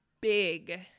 big